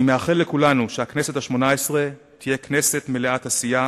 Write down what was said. אני מאחל לכולנו שהכנסת השמונה-עשרה תהיה כנסת מלאת עשייה,